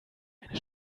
eine